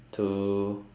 two